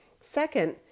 Second